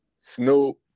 Snoop